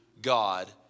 God